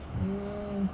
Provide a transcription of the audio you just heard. no